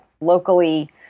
locally